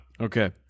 Okay